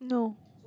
no